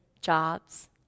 jobs